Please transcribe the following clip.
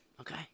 okay